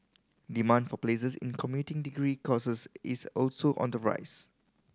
demand for places in commuting degree courses is also on the rise